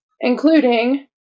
including